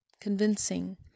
convincing